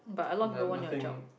noth~ nothing